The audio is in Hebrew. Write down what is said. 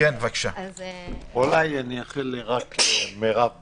רק אאחל למרב בהצלחה.